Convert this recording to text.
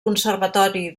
conservatori